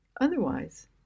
Otherwise